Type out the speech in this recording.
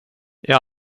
jag